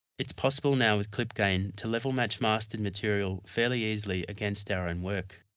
it's possible now with clip gain to level match mastered material fairly easily against our own work.